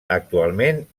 actualment